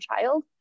child